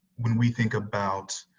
when we think about